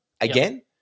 again